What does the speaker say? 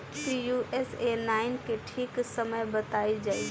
Pusa nine के ठीक समय बताई जाई?